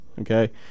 okay